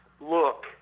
look